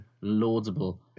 laudable